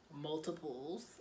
Multiples